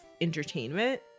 entertainment